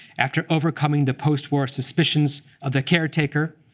after overcoming the postwar suspicions of the caretaker,